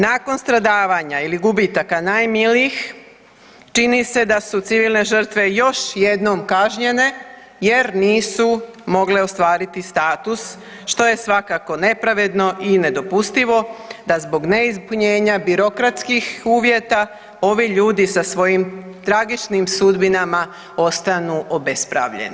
Nakon stradavanja ili gubitaka najmilijih čini se da su civilne žrtve još jednom kažnjene jer nisu mogle ostvariti status što je svakako nepravedno i nedopustivo da zbog neispunjenja birokratskih uvjeta ovi ljudi sa svojim tragičnim sudbinama ostanu obespravljeni.